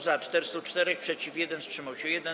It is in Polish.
Za - 404, przeciw - 1, wstrzymał się 1.